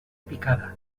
picada